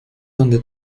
donde